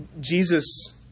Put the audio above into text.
Jesus